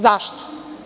Zašto?